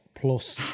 plus